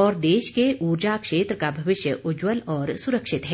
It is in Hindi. और देश के ऊर्जा क्षेत्र का भविष्य उज्जवल और सुरक्षित है